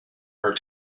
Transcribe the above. her